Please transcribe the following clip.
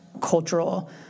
cultural